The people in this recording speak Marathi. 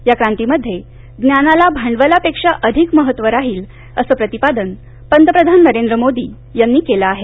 या क्रांतीमध्ये ज्ञानाला भांडवलापेक्षा अधिक महत्व राहील असं प्रतिपादन पंतप्रधान नरेंद्र मोदी यांनी केलं आहे